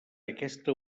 aquesta